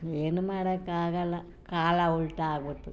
ಏನು ಮಾಡೋಕ್ಕಾಗಲ್ಲ ಕಾಲ ಉಲ್ಟಾ ಆಗಿಬಿಡ್ತು